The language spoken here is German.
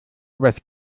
übers